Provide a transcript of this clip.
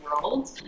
world